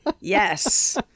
yes